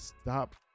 stop